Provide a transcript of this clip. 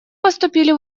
поступили